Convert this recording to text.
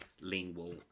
lingual